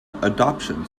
adoption